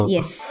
Yes